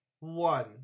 One